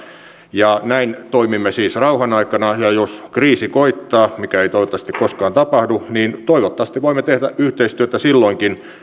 ja näin toimimme siis rauhanaikana ja jos kriisi koittaa mikä ei toivottavasti koskaan tapahdu toivottavasti voimme tehdä yhteistyötä silloinkin